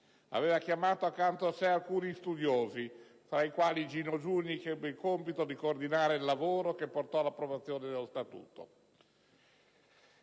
Aveva chiamato accanto a sé alcuni studiosi, tra i quali Gino Giugni, che ebbe il compito di coordinare il lavoro che portò all'approvazione dello Statuto.